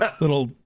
little